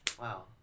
wow